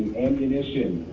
ammunition,